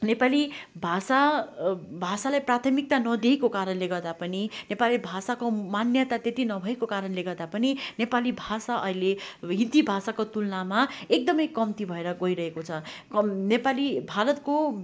नेपाली भाषा भाषालाई प्राथमिकता नदिएको कारणले गर्दा पनि नेपाली भाषाको मान्यता त्यत्ति नभएको कारणले गर्दा पनि नेपाली भाषा अहिले हिन्दी भाषाको तुलनामा एकदमै कम्ती भएर गइरहेको छ नेपाली भारतको